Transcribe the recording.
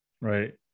Right